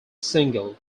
single